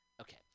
Okay